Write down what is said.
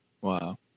Wow